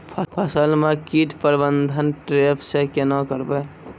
फसल म कीट प्रबंधन ट्रेप से केना करबै?